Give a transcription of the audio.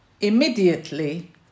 Immediately